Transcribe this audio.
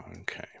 Okay